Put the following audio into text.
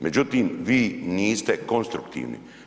Međutim, vi niste konstruktivni.